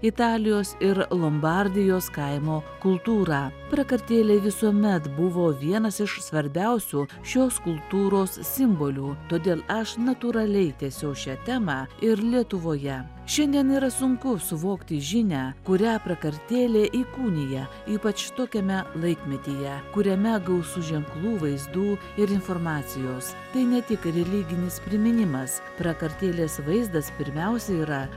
italijos ir lombardijos kaimo kultūrą prakartėlė visuomet buvo vienas iš svarbiausių šios kultūros simbolių todėl aš natūraliai tęsiau šią temą ir lietuvoje šiandien yra sunku suvokti žinią kurią prakartėlė įkūnija ypač tokiame laikmetyje kuriame gausu ženklų vaizdų ir informacijos tai ne tik religinis priminimas prakartėlės vaizdas pirmiausia yra